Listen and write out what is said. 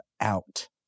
out